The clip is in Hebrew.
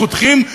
חותכים,